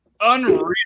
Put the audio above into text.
Unreal